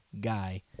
guy